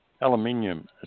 aluminium